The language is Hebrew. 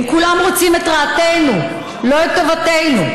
הם כולם רוצים את רעתנו, לא את טובתנו.